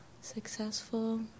Successful